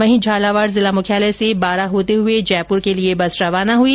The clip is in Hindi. वहीं झालावाड जिला मुख्यालय से बारां होते हुए जयपुर के लिए बस रवाना हुई